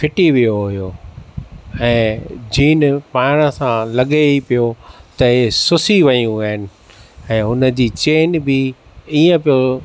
फिटी वयो हुयो ऐ जीन पाइणु सां लॻे ई पियो त इहे सुसी वयूं आहिनि ऐ हुन जी चैन बि ईअं पियो